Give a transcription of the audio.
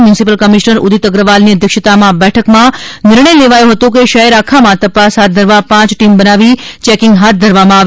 municipal commissioner Udit અગ્રવાલની અધ્યક્ષતામાં બેઠકમાં નિર્ણય લેવાયો હતો કે શહેર આખામાં તપાસ હાથ ધરવા પાંચ ટીમ બનાવી ચેકીંગ હાથ ધરવામાં આવે